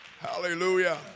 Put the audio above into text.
Hallelujah